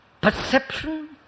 perception